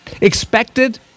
Expected